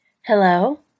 Hello